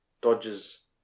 dodges